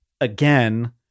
again